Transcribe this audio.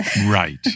Right